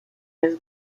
has